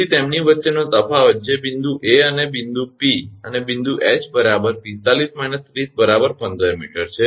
તેથી તેમની વચ્ચેનો તફાવત જે બિંદુ 𝐴 અને બિંદુ 𝑃 અને બિંદુ ℎ 45 − 30 15 𝑚 છે